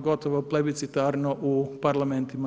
gotovo plebiscitarno u parlamentima.